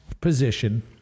position